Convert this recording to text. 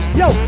yo